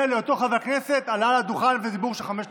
לאותו חבר כנסת זכות לעלות לדוכן ודיבור של חמש דקות.